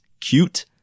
cute